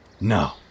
No